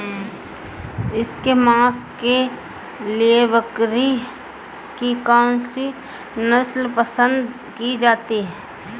इसके मांस के लिए बकरी की कौन सी नस्ल पसंद की जाती है?